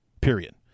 period